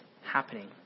happening